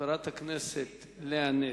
חברת הכנסת לאה נס,